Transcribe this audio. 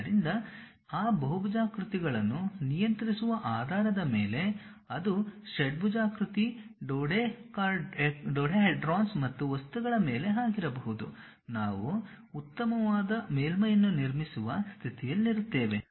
ಆದ್ದರಿಂದ ಆ ಬಹುಭುಜಾಕೃತಿಗಳನ್ನು ನಿಯಂತ್ರಿಸುವ ಆಧಾರದ ಮೇಲೆ ಅದು ಷಡ್ಭುಜಾಕೃತಿ ಡೋಡೆಕಾಹೆಡ್ರನ್ಗಳು ಮತ್ತು ವಸ್ತುಗಳ ಮೇಲೆ ಆಗಿರಬಹುದು ನಾವು ಉತ್ತಮವಾದ ಮೇಲ್ಮೈಯನ್ನು ನಿರ್ಮಿಸುವ ಸ್ಥಿತಿಯಲ್ಲಿರುತ್ತೇವೆ